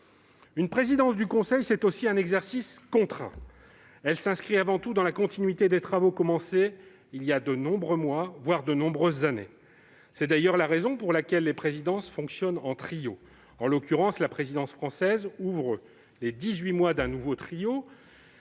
Une présidence du Conseil, c'est aussi un exercice contraint. Elle s'inscrit dans la continuité des travaux commencés de nombreux mois, voire de nombreuses années auparavant. C'est d'ailleurs la raison pour laquelle les présidences fonctionnent en trio : en l'occurrence, la présidence française ouvre les dix-huit mois d'un nouveau trio